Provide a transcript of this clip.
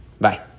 Bye